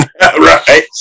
Right